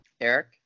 eric